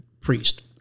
priest